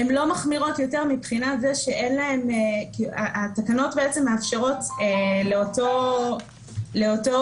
הן לא מחמירות יותר מבחינה זו שהן מאפשרות לאותו ממונה